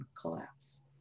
collapse